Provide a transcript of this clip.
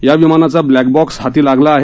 या विमानाचा black box हाती लागला आहे